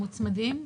הם מוצמדים?